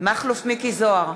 מכלוף מיקי זוהר,